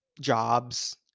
jobs